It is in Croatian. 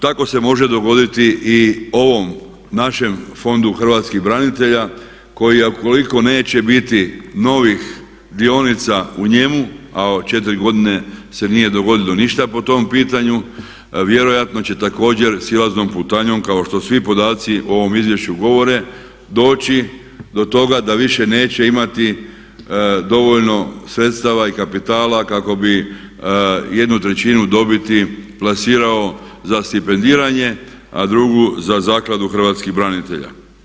Tako se može dogoditi i ovom našem Fondu hrvatskih branitelja koji ako ukoliko neće biti novih dionica u njemu a od 4 godine se nije dogodilo ništa po tom pitanju, vjerojatno će također silaznom putanjom kao što svi podaci o ovom izvješću govore doći do toga da više neće imati dovoljno sredstava i kapitala kako bi jednu trećinu dobiti plasirao za stipendiranje a drugu za zakladu hrvatskih branitelja.